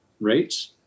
rates